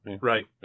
right